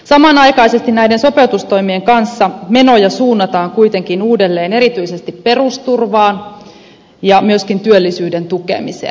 samanaikaisesti näiden sopeutustoimien kanssa menoja suunnataan kuitenkin uudelleen erityisesti perusturvaan ja myöskin työllisyyden tukemiseen